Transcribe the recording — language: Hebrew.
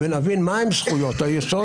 כשנבין מהן זכויות היסוד,